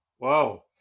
Wow